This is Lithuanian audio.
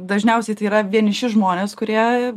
dažniausiai tai yra vieniši žmonės kurie